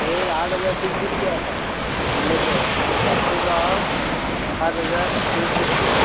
rate आठ हजार तिनशीं रुपया आसा व्हडलेचो आनी धाकटेचो आहा सात हजार दोनशीं रुपया